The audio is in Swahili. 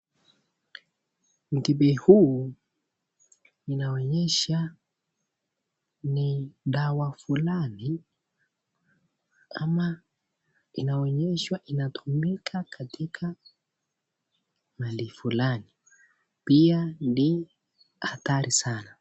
Mkebe huu inaonyesha ni dawa fulani ama inaonyeshwa inatumika katika mahali fulani, pia ndi hatari sana.